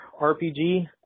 RPG